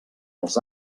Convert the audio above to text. els